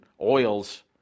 oils